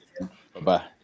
Bye-bye